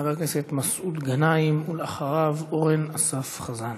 חבר הכנסת מסעוד גנאים, ואחריו, אורן אסף חזן.